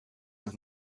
noch